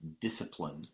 discipline